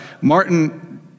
Martin